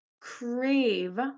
crave